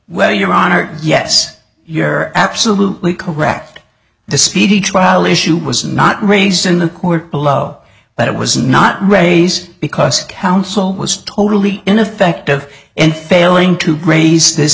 well your honor yes you're absolutely correct the speedy trial issue was not raised in the court below but it was not raise because counsel was totally ineffective in failing to graze this